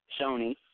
Sony